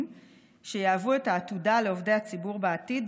שיהוו את העתודה לעובדי הציבור בעתיד,